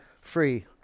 free